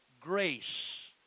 Grace